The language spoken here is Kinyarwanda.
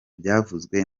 byavuzwe